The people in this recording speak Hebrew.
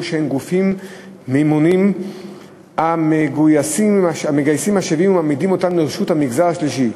שהן גופים מימוניים המגייסים משאבים ומעמידים אותם לרשות המגזר השלישי.